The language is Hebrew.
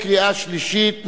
(תיקון מס' 29) בקריאה שלישית.